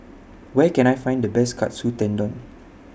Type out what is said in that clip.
Where Can I Find The Best Katsu Tendon